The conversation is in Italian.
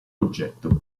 oggetto